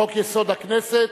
הכנסת,